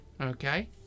Okay